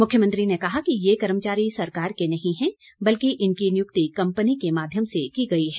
मुख्यमंत्री ने कहा कि यह कर्मचारी सरकार के नहीं है बल्कि इनकी नियुक्ति कंपनी के माध्यम से की गई है